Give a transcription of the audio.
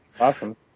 awesome